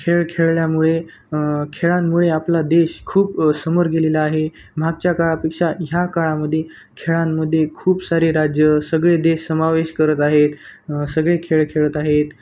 खेळ खेळल्यामुळे खेळांमुळे आपला देश खूप समोर गेलेला आहे मागच्या काळापेक्षा ह्या काळामध्ये खेळांमध्ये खूप सारे राज्य सगळे देश समावेश करत आहेत सगळे खेळ खेळत आहेत